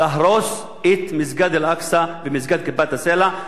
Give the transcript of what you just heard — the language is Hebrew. להרוס את מסגד אל-אקצא ומסגד כיפת-הסלע.